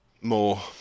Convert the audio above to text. More